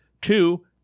two